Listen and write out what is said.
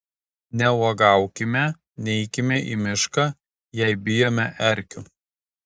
neuogaukime neikime į mišką jei bijome erkių